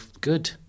good